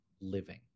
living